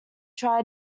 try